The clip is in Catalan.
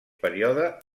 període